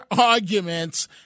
arguments